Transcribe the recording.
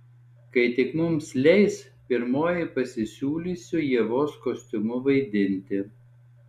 kai tik mums leis pirmoji pasisiūlysiu ievos kostiumu vaidinti